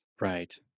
right